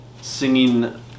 singing